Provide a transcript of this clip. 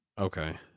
Okay